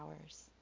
hours